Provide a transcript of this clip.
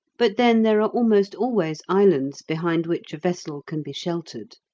but then there are almost always islands, behind which a vessel can be sheltered.